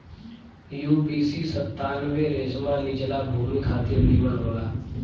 UPC सत्तानबे रेशमा निचला भूमि खातिर निमन होला